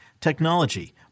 technology